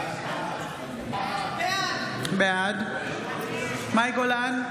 בעד מאי גולן,